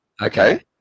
Okay